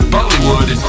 Bollywood